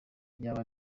yaba